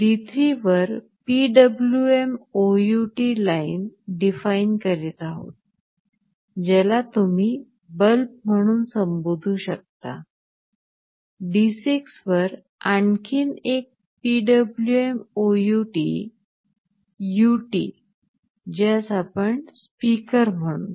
D3 वर PwmOut line define करीत आहोत ज्याला तुम्ही "बल्ब" म्हणून संबोधु शकता D6 वर आणखी एक PwmOut ut ज्यास आपण स्पीकर म्हणू